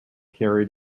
carried